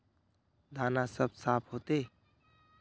दाना सब साफ होते?